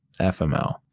FML